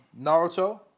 Naruto